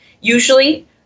usually